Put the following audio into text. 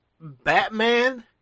Batman